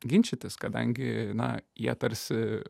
ginčytis kadangi na jie tarsi